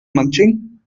munching